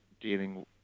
dealing